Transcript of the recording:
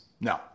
No